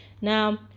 Now